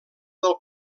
del